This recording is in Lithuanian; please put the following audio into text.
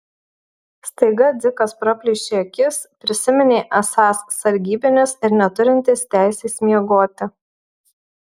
staiga dzikas praplėšė akis prisiminė esąs sargybinis ir neturintis teisės miegoti